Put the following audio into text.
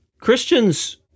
Christians